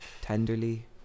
tenderly